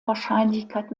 wahrscheinlichkeit